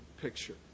picture